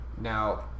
Now